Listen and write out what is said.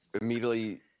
immediately